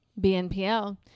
BNPL